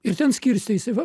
ir ten skirstė jisai va